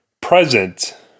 present